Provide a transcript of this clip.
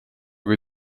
kui